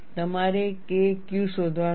તમારે K Q શોધવાનું છે